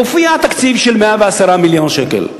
מופיע תקציב של 110 מיליון שקל.